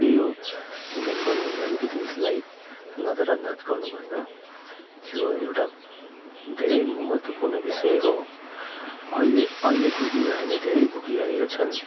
त्यही हो इन्डियन गभर्मेन्टले अलिकति यसलाई नजरअन्दाज गर्नुभएन यो एउटा धेरै महत्त्वपूर्ण विषय हो अहिले अहिलेको युवाहरूले धेरै भोगिरहेको छन्